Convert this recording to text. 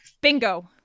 bingo